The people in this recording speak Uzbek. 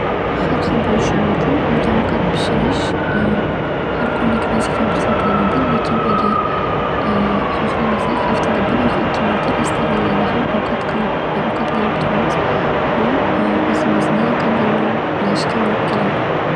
Har xil bo'lishi mumkin. Uyda ovqat pishirish har kunlik vazifam hisoblanadi. Lekin agar hohlamasak haftada bir yoki ikki marta restaranlarda ham ovqatlanib turamiz. Bu o'zimizni qadrlashga olib keladi.